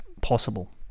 possible